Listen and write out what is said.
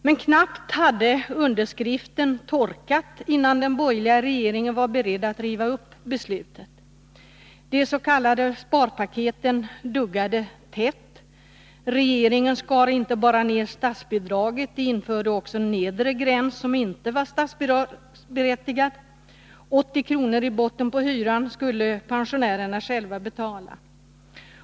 Men knappt hade underskriften torkat, innan den borgerliga regeringen var beredd att riva upp beslutet. De s.k. sparpaketen duggade tätt. Regeringen skar inte bara ner statsbidraget. Den införde också en nedre gräns under vilken hyran inte berättigade till statsbidrag. 80 kr. i botten på hyran skulle pensionärerna själva betala.